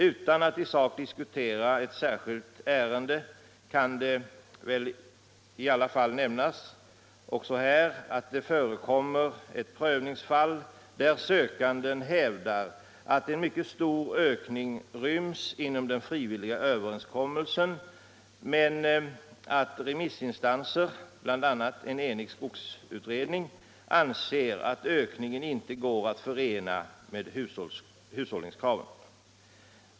Utan att i sak diskutera ett särskilt ärende kan det väl i alla fall nämnas också här att det förekommer ett prövningsfall där sökanden hävdar att en mycket stor ökning ryms inom den frivilliga överenskommelsen, medan remissinstanser, bl.a. en enig skogsutredning, anser att ökningen inte går att förena med hushållningskraven.